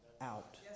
out